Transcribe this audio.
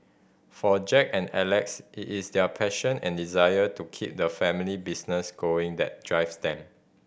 for Jack and Alex it is their passion and desire to keep the family business going that drives them